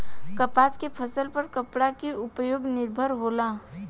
कपास के फसल पर कपड़ा के उद्योग निर्भर होला